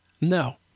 No